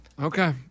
Okay